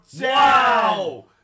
Wow